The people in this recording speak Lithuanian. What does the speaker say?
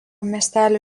miestelio